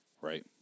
Right